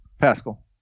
Pascal